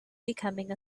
becoming